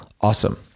awesome